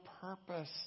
purpose